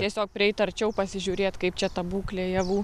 tiesiog prieit arčiau pasižiūrėt kaip čia ta būklė javų